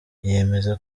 yemeza